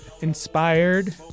inspired